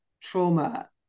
trauma